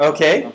Okay